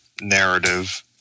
narrative